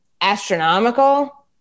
astronomical